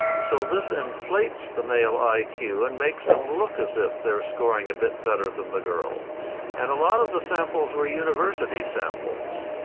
so this inflates the male like iq and makes them look as if they're scoring a bit better than the girls. and a lot of the samples were university samples.